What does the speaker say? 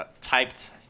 typed